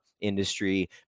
industry